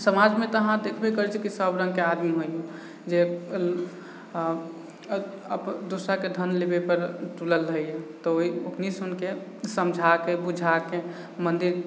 समाजमे तऽ अहाँ देखबै करै छिए कि सब रङ्गके आदमीसब होइए जे दोसराके धन लेबैपर तुलल रहैए तऽ ओकरेसनीके समझाके बुझाके मन्दिर